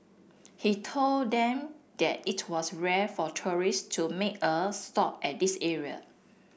he told them that it was rare for tourist to make a stop at this area